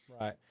right